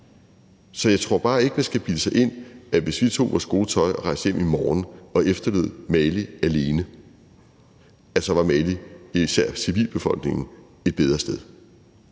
Så jeg tror bare ikke, man skal bilde sig ind, at hvis vi tog vores gode tøj og rejste hjem i morgen og efterlod Mali alene, var Mali og især civilbefolkningen et bedre sted.